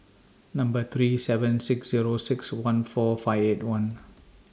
Number three seven six Zero six one four five eight one